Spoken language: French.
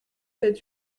sept